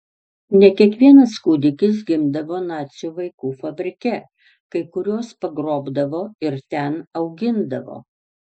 ne kiekvienas kūdikis gimdavo nacių vaikų fabrike kai kuriuos pagrobdavo ir ten augindavo